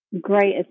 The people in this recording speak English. great